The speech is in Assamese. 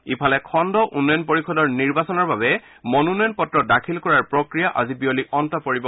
ইফালে খণ্ড উন্নয়ন পৰিযদৰ নিৰ্বাচনৰ বাবে মনোনয়ন পত্ৰ দাখিল কৰাৰ প্ৰক্ৰিয়া আজি বিয়লি অন্ত পৰিব